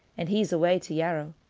and he's awa' to yarrow.